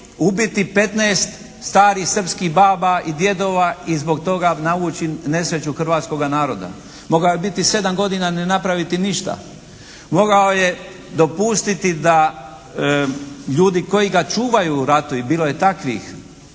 ubiti 15 starih srpskih baba i djedova i zbog toga navući nesreću hrvatskoga naroda. Mogao je biti 7 godina, ne napraviti ništa. Mogao je dopustiti da ljudi koji ga čuvaju u ratu i bilo je takvih